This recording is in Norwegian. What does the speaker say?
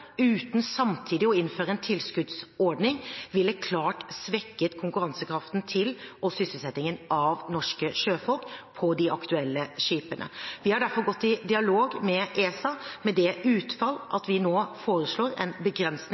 uten samtidig å innføre en tilskuddsordning ville klart svekket konkurransekraften til og sysselsettingen av norske sjøfolk på de aktuelle skipene. Vi har derfor gått i dialog med ESA, med det utfall at vi nå foreslår en begrensning